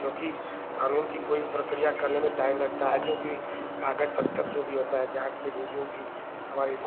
क्योंकि कानून की कोई भी प्रक्रिया करने में टाइम लगता है क्योंकि कागज पत्तर जो भी होता है जाँच के लिए जो भी हमारी